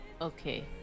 okay